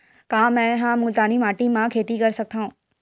का मै ह मुल्तानी माटी म खेती कर सकथव?